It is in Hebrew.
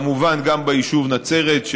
כמובן גם ביישוב נצרת,